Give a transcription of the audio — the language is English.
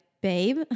babe